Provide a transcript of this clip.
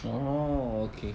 orh okay